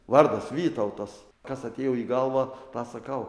vardas vytautas kas atėjo į galvą tą sakau